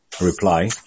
reply